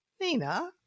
Nina